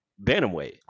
Bantamweight